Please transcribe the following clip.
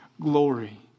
glory